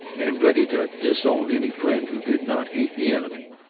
and ready to disown any friend who did not hate the enemy.